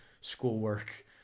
schoolwork